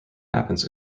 happens